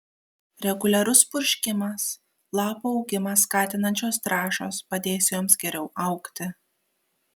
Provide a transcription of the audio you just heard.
reguliarus purškimas lapų augimą skatinančios trąšos padės joms geriau augti